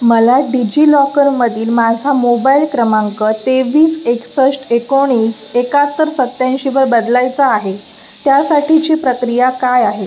मला डिजि लॉकरमधील माझा मोबायल क्रमांक तेवीस एकसष्ट एकोणीस एकाहात्तर सत्याऐंशीवर बदलायचा आहे त्यासाठीची प्रक्रिया काय आहे